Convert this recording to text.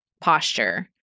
posture